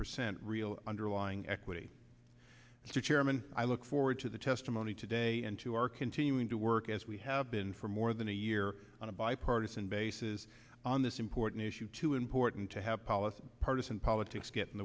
percent real underlying equity mr chairman i look forward to the testimony today and to our continuing to work as we have been for more than a year on a bipartisan basis on this important issue too important to have policy partisan politics get in